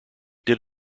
did